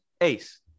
Ace